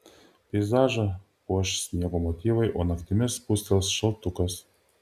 peizažą puoš sniego motyvai o naktimis spustels šaltukas